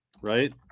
right